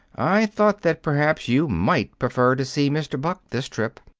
i thought that perhaps you might prefer to see mr. buck this trip.